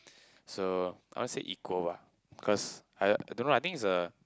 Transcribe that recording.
so I won't say equal lah cause I don't know I think it's a